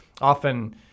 often